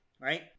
right